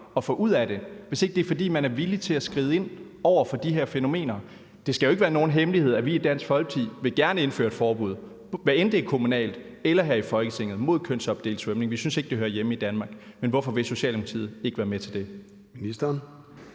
at få ud af det, hvis ikke det er, fordi man er villig til at skride ind over for de her fænomener? Det skal ikke være nogen hemmelighed, at vi i Dansk Folkeparti gerne vil indføre et forbud, hvad end det er kommunalt eller her i Folketinget, mod kønsopdelt svømning. Vi synes ikke, at det hører hjemme i Danmark. Hvorfor vil Socialdemokratiet ikke være med til det?